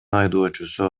айдоочусу